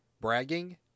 Bragging